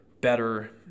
better